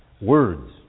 Words